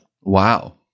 Wow